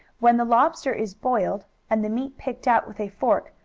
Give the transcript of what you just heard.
when the lobster is boiled and the meat picked out with a fork,